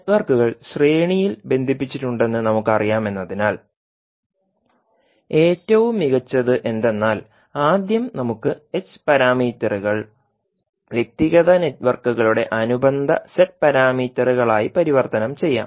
നെറ്റ്വർക്കുകൾ ശ്രേണിയിൽ ബന്ധിപ്പിച്ചിട്ടുണ്ടെന്ന് നമുക്കറിയാമെന്നതിനാൽ ഏറ്റവും മികച്ചത് എന്തെന്നാൽ ആദ്യം നമുക്ക് h പാരാമീറ്ററുകൾ വ്യക്തിഗത നെറ്റ്വർക്കുകളുടെ അനുബന്ധ z പാരാമീറ്ററുകളായി പരിവർത്തനം ചെയ്യാം